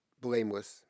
blameless